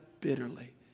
bitterly